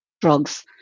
drugs